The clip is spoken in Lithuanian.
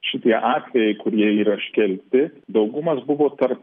šitie atvejai kurie yra iškelti daugumas buvo tarp